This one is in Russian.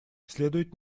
следует